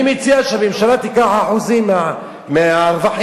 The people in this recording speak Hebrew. אני מציע שהממשלה תיקח אחוזים מהרווחים,